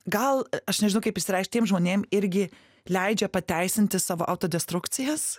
gal aš nežinau kaip išsireikšt tiem žmonėm irgi leidžia pateisinti savo autodestrukcijas